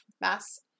mass